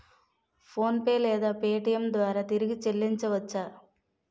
PhonePe లేదా Paytm ద్వారా తిరిగి చల్లించవచ్చ?